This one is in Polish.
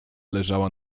leżała